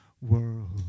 world